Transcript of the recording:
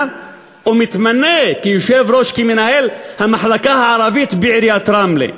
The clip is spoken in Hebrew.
ומתמנה למנהל המחלקה הערבית בעיריית רמלה.